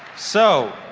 so,